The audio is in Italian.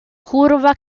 curva